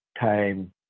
time